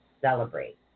celebrate